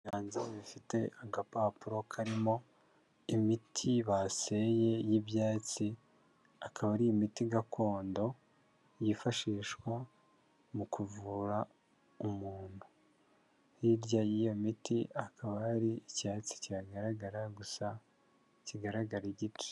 Ibiganza bifite agapapuro karimo imiti baseye y'ibyatsi, akaba ari imiti gakondo yifashishwa mu kuvura umuntu, hirya y'iyo miti hakaba hari icyatsi kihagaragara gusa kigaragara igice.